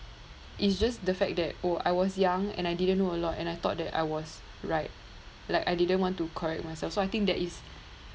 it's just the fact that oh I was young and I didn't know a lot and I thought that I was right like I didn't want to correct myself so I think that is